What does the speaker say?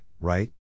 right